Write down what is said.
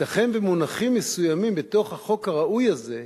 ייתכן שמונחים מסוימים בתוך החוק הראוי הזה,